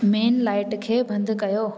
main light खे बंदि कयो